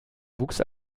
wuchs